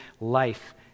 life